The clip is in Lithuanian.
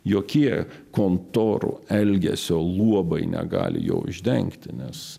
jokie kontorų elgesio luobai negali jo uždengti nes